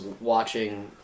watching